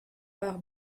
par